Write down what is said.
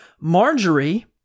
Marjorie